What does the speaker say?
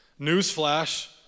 Newsflash